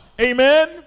Amen